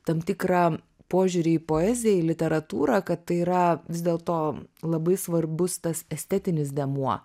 tam tikrą požiūrį į poeziją į literatūrą kad tai yra vis dėlto labai svarbus tas estetinis dėmuo